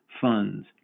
funds